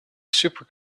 super